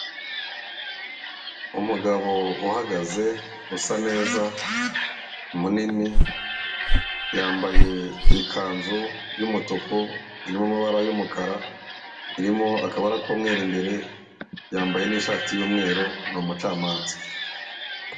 Umugabo uhagaze usa neza, munini yambaye ikanzu y'umutuku irimo amabara y'umukara irimo akaba k'umweru imbere yambaye n'ishati y'umweru ni umucamanza.